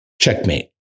Checkmate